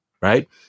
right